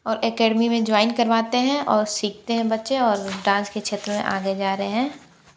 और एकेडमी में ज्वाइन करवाते हैं और सीखते हैं बच्चे और डान्स के क्षेत्र में आगे जा रहे हैं